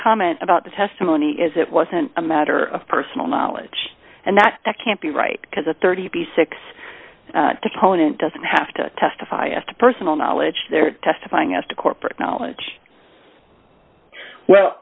comment about the testimony is it wasn't a matter of personal knowledge and that that can't be right because a thirty six dollars to tone it doesn't have to testify as to personal knowledge there testifying as to corporate knowledge